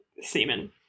semen